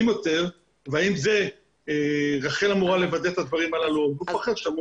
יותר והאם רח"ל אמורה לוודא את הדברים האלה או גוף אחר.